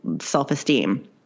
self-esteem